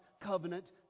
covenant